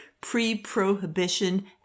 pre-prohibition